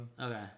Okay